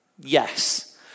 Yes